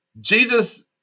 Jesus